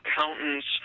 accountants